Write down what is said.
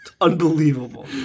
Unbelievable